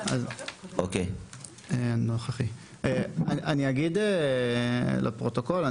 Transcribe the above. אני אגיד לפרוטוקול.